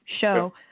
show